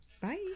Bye